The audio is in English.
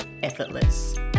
effortless